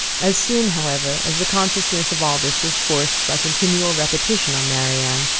as soon, however, as the consciousness of all this was forced by continual repetition on marianne,